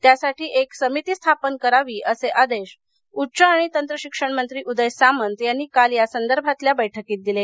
त्यासाठी एक समिती स्थापन करावी असे आदेश उच्च आणि तंत्रशिक्षण मंत्री उदय सामंत यांनी काल या संदर्भातल्या बछ्कीत दिले